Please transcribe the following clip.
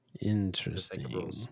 Interesting